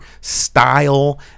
style